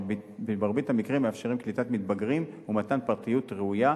ובמרבית המקרים הם מאפשרים קליטת מתבגרים ומתן פרטיות ראויה.